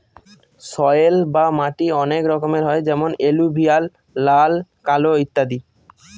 soil বা মাটি অনেক রকমের হয় যেমন এলুভিয়াল, লাল, কালো ইত্যাদি